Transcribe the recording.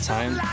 Time